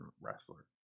wrestler